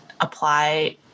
apply